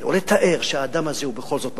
או לתאר שהאדם הזה הוא בכל זאת מאושר.